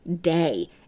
day